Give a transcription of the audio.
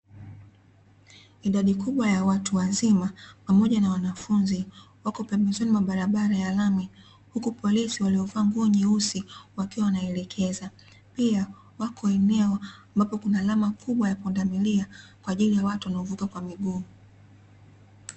Idadi kubwa ya watu wazima pamoja na wanafunzi wako pembezoni mwa barabara ya lami huku polisi waliovaa nguo nyeusi wakiwa wanaelekeza. Pia wako eneo ambapo kuna alama kubwa ya pundamilia kwa ajili ya watu wanaovuka kwa miguu.